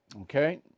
Okay